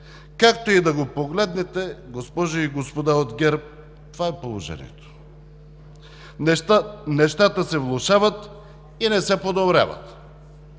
Както и да го погледнете, госпожи и господа от ГЕРБ, това е положението. Нещата се влошават и не се подобряват.